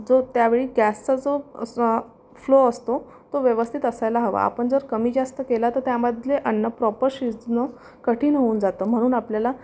जो त्यावेळी गॅसचा जो फ्लो असतो तो व्यवस्थित असायला हवा आपण जर कमी जास्त केला तर त्यामधले अन्न प्रॉपर शिजणं कठीण होऊन जातं म्हणून आपल्याला